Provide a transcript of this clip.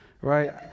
right